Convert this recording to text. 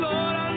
Lord